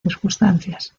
circunstancias